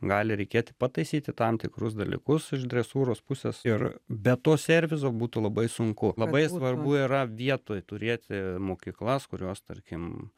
gali reikėti pataisyti tam tikrus dalykus iš dresūros pusės ir be to servizo būtų labai sunku labai svarbu yra vietoj turėti mokyklas kurios tarkim